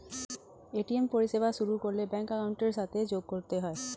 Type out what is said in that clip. ATM পরিষেবা শুরু করলে ব্যাঙ্ক অ্যাকাউন্টের সাথে যোগ করতে হয়